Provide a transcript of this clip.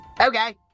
Okay